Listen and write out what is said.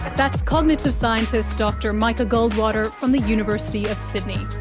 that's cognitive scientist dr micah goldwater from the university of sydney.